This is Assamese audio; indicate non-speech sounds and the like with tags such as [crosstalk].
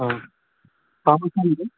[unintelligible]